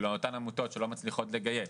ולאותן עמותות שלא מצליחות לגייס.